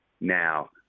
Now